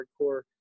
hardcore